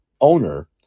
owner –